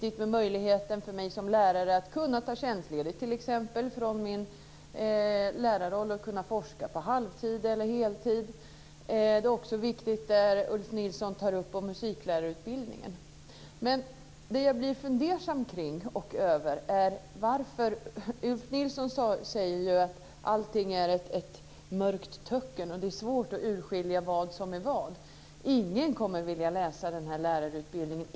Det är viktigt att lärare har möjlighet att t.ex. ta tjänstledigt för att forska på halvtid eller heltid. Det som Ulf Nilsson tar upp om musiklärarutbildningen är också viktigt. Men jag blir lite fundersam. Ulf Nilsson säger att allting är ett mörkt töcken och att det är svårt att urskilja vad som är vad. Ingen kommer att vilja genomgå den här lärarutbildningen.